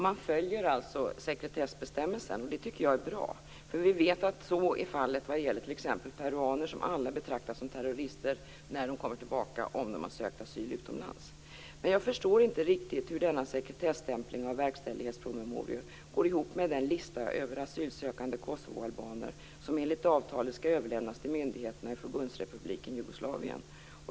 Man följer alltså sekretessbestämmelsen. Det tycker jag är bra, för vi vet att så är fallet vad gäller t.ex. peruaner, som alla betraktas som terrorister när de kommer tillbaka om de har sökt asyl utomlands. Men jag förstår inte riktigt hur denna sekretesstämpling av verkställighetspromemorior går ihop med den lista över asylsökande kosovoalbaner som enligt avtalet skall överlämnas till myndigheterna i Förbundsrepubliken Jugoslavien.